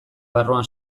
barruan